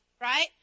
Right